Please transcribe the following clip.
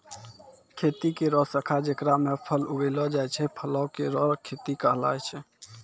खेती केरो शाखा जेकरा म फल उगैलो जाय छै, फलो केरो खेती कहलाय छै